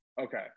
Okay